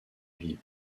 ville